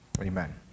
Amen